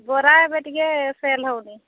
ବରା ଏବେ ଟିକେ ସେଲ୍ ହେଉନି